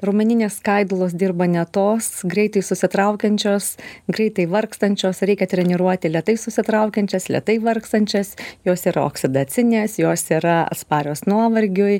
raumeninės skaidulos dirba ne tos greitai susitraukiančios greitai vargstančios reikia treniruoti lėtai susitraukiančias lėtai vargstančias jos yra oksidacinės jos yra atsparios nuovargiui